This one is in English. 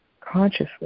consciously